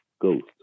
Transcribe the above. Ghost